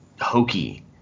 hokey